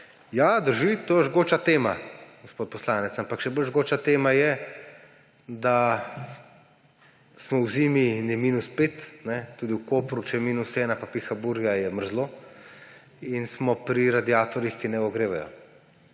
Ja, drži, to je žgoča tema, gospod poslanec. Ampak še bolj žgoča tema je, da je zima in je –5, tudi v Kopru, če je –1 pa piha burja, je mrzlo in smo pri radiatorjih, ki ne ogrevajo.